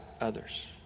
others